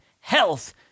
health